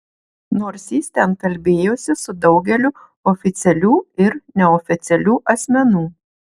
nors jis ten kalbėjosi su daugeliu oficialių ir neoficialių asmenų